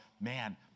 man